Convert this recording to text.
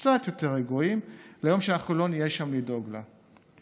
קצת יותר רגועים ליום שאנחנו לא נהיה שם לדאוג לה.